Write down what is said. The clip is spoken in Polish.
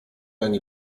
ani